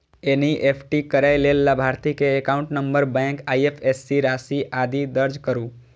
NEFT करै लेल लाभार्थी के एकाउंट नंबर, बैंक, आईएपएससी, राशि, आदि दर्ज करू